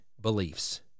beliefs